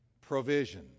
provision